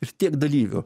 ir tiek dalyvių